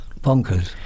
bonkers